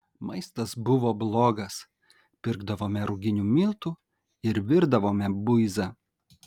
maistas buvo blogas pirkdavome ruginių miltų ir virdavome buizą